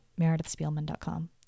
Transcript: meredithspielman.com